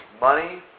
Money